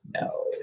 no